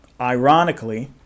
Ironically